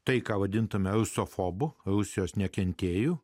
tai ką vadintumėme rusofobu rusijos nekentėjų